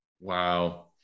Wow